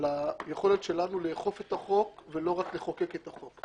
על היכולת שלנו לאכוף את החוק ולא רק לחוקק את החוק.